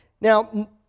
Now